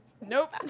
Nope